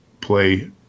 play